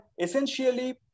essentially